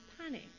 panic